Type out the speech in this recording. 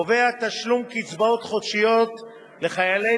קובע תשלום קצבאות חודשיות לחיילי